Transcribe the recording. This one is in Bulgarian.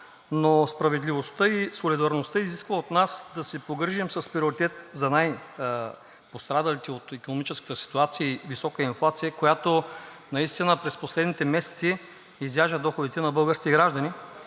Но справедливостта и солидарността изискват от нас да се погрижим с приоритет за най-пострадалите от икономическата ситуация и високата инфлация, която през последните месеци изяжда доходите на българските граждани.